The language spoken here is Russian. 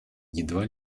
едва